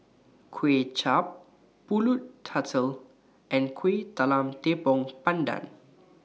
Kway Chap Pulut Tatal and Kueh Talam Tepong Pandan